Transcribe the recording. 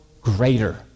greater